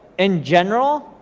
in general,